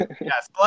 Yes